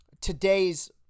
today's